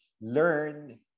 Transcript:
learn